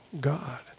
God